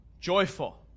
joyful